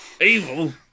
Evil